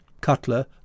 Cutler